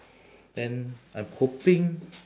then I'm hoping